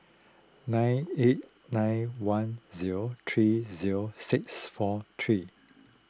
nine eight nine one zero three zero six four three